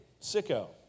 sicko